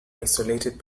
isolated